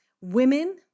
women